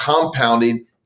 compounding